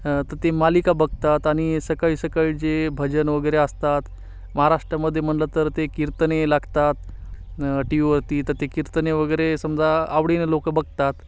तर ते मालिका बघतात आणि सकाळी सकाळी जे भजन वगैरे असतात महाराष्ट्रामध्ये म्हटलं तर ते कीर्तने लागतात टी व्हीवरती तर ते कीर्तने वगैरे समजा आवडीनं लोकं बघतात